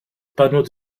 panneau